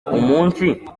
umunsi